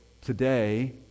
today